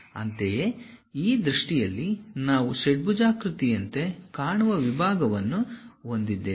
ಅಂತೆಯೇ ಈ ದೃಷ್ಟಿಯಲ್ಲಿ ನಾವು ಷಡ್ಭುಜಾಕೃತಿಯಂತೆ ಕಾಣುವ ವಿಭಾಗವನ್ನು ಹೊಂದಿದ್ದೇವೆ